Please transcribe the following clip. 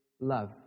love